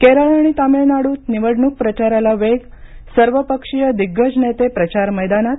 केरळ आणि तमिळनाडूत निवडणूक प्रचाराला वेग सर्वपक्षिय दिग्गज नेते प्रचार मैदानात